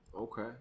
okay